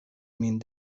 min